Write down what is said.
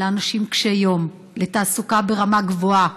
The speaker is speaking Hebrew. לאנשים קשי יום אלא לתעסוקה ברמה גבוהה,